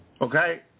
okay